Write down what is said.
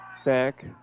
sack